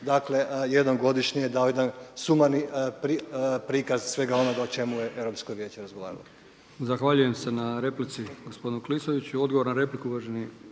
dakle jednom godišnje je dao jedan sumani prikaz svega onoga o čemu je Europsko vijeće razgovaralo.